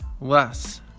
less